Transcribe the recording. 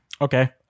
Okay